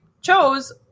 chose